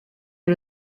est